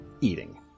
eating